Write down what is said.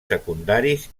secundaris